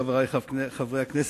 חברי חברי הכנסת,